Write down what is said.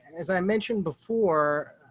as i mentioned before,